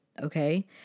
okay